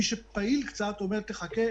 מי שפעיל קצת אומר: תחכה,